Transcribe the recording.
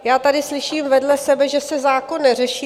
Já tady slyším vedle sebe, že se zákon neřeší.